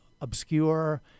obscure